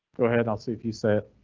go ahead, i'll see if you say